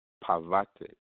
perverted